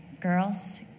girls